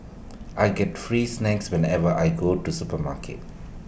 I get free snacks whenever I go to the supermarket